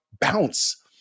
bounce